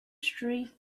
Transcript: street